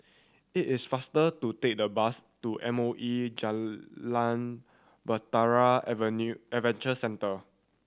it is faster to take the bus to M O E Jalan Bahtera Avenue Adventure Centre